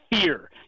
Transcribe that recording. fear